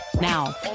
now